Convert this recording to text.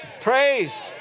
praise